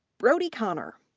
brody conner,